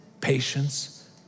patience